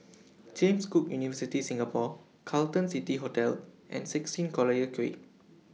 James Cook University Singapore Carlton City Hotel and sixteen Collyer Quay